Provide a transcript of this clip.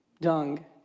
dung